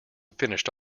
finished